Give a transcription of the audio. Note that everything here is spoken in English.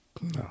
No